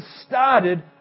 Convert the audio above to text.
started